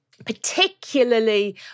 particularly